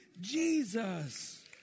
Jesus